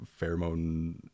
pheromone